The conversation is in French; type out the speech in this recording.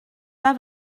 pas